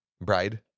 Bride